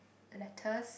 lettuce